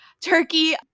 turkey